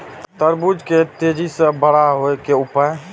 तरबूज के तेजी से बड़ा होय के उपाय?